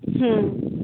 ह्म्